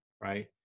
right